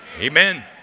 Amen